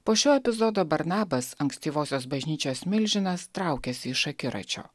po šio epizodo barnabas ankstyvosios bažnyčios milžinas traukiasi iš akiračio